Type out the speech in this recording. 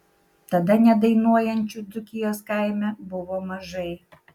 tada nedainuojančių dzūkijos kaime buvo mažai